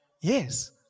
yes